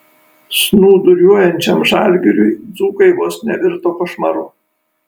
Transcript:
snūduriuojančiam žalgiriui dzūkai vos nevirto košmaru